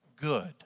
good